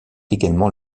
également